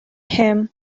him